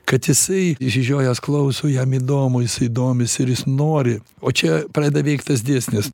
kad jisai išsižiojęs klauso jam įdomu jisai domisi ir jis nori o čia pradeda veikt tas dėsnis